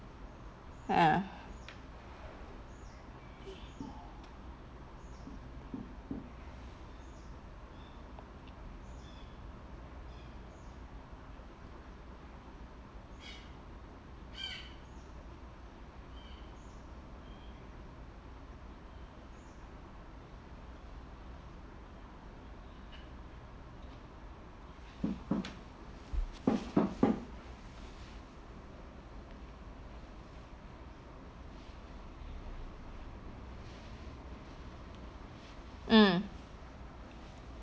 ya mm